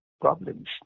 problems